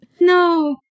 no